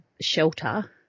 shelter